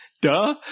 Duh